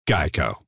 Geico